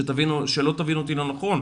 שלא תבין אותי לא נכון,